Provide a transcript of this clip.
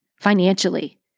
financially